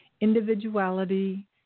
individuality